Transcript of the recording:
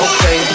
Okay